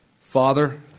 Father